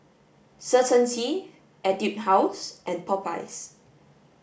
Certainty Etude House and Popeyes